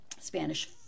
Spanish